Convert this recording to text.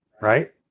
Right